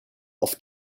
oft